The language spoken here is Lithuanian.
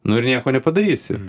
nu ir nieko nepadarysi